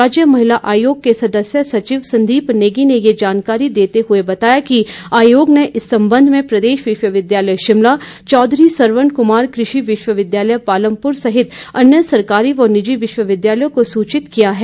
राज्य महिला आयोग के सदस्य सचिव संदीप नेगी ने ये जानकारी देते हुए बताया कि आयोग ने इस संबंध में प्रदेश विश्वविद्यालय शिमला चौधरी सरवण कुमार कृषि विश्वविद्यालय पालमपुर सहित अन्य सरकारी व निजी विश्वविद्यालयों को सूचित किया है